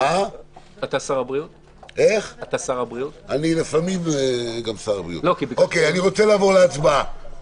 אני לפעמים גם שר הבריאות...אני רוצה לעבור להצבעה,